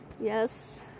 yes